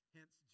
Hence